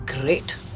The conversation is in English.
great